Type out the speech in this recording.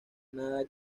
nada